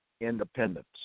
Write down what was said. independence